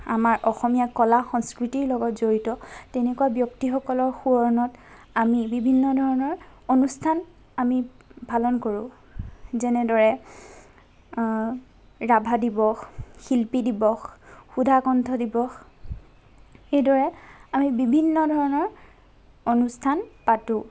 আমাৰ অসমীয়া কলা সংস্কৃতিৰ লগত জড়িত তেনেকুৱা ব্যক্তিসকলৰ সোঁৱৰণত আমি বিভিন্ন ধৰণৰ অনুষ্ঠান আমি পালন কৰোঁ যেনেদৰে ৰাভা দিৱস শিল্পী দিৱস সুধাকণ্ঠ দিৱস সেইদৰে আমি বিভিন্ন ধৰণৰ অনুষ্ঠান পাতোঁ